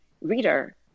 reader